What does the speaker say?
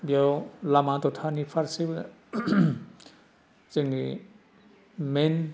बेयाव लामा दथानि फारसेबो जोंनि मेइन